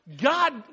God